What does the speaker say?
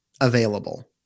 available